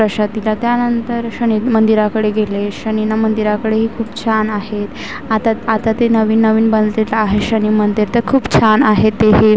प्रसाद दिला त्यानंतर शनी मंदिराकडे गेले शनी मंदिराकडेही खूप छान आहेत आता आता ते नवीन नवीन बनलेलं आहे शनी मंदिर ते खूप छान आहेत ते हे